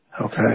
Okay